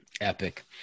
epic